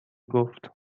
گفت